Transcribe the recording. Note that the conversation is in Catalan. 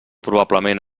probablement